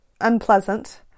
unpleasant